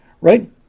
right